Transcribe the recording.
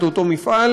את אותו מפעל,